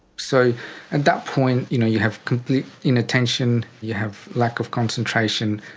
so at that point you know you have complete inattention, you have lack of concentration,